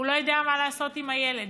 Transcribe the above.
הוא לא יודע מה לעשות עם הילד.